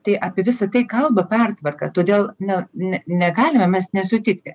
tai apie visa tai kalba pertvarka todėl ne ne negalime mes nesutikti